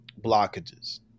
blockages